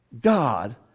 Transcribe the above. God